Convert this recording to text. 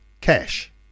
cash